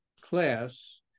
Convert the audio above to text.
class